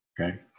Okay